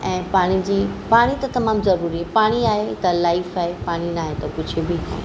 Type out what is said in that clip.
ऐं पाणी जी पाणी त तमामु ज़रूरी आहे पाणी आहे त लाइफ आहे पाणी ना आहे त कुझु बि न आहे